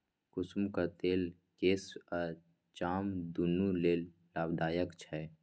कुसुमक तेल केस आ चाम दुनु लेल लाभदायक छै